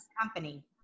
company